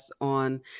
on